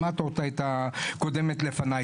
שמעת את הקודמת לפניי.